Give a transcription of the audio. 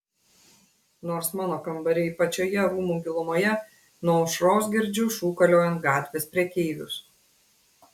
nors mano kambariai pačioje rūmų gilumoje nuo aušros girdžiu šūkaliojant gatvės prekeivius